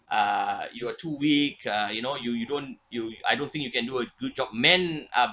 uh you are too weak uh you know you you don't you I don't think you can do a good job men are